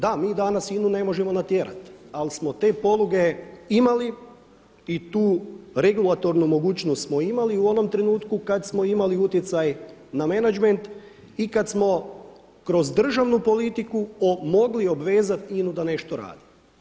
Da, mi danas INA-u ne možemo natjerati ali smo te poluge imali i tu regulatornu mogućnost smo imali u onom trenutku kada smo imali utjecaj na menadžment i kada smo kroz državnu politiku mogli obvezati INA-u da nešto radi.